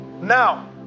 now